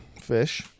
fish